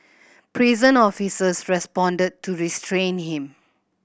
prison officers responded to restrain him